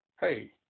hey